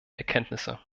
erkenntnisse